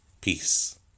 Peace